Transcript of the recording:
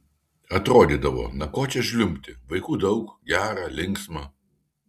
atrodydavo na ko čia žliumbti vaikų daug gera linksma